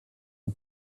for